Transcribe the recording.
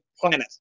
planet